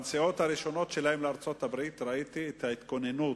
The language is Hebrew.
שבנסיעות הראשונות שלהם לארצות-הברית ראיתי את ההתכוננות,